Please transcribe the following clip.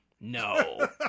No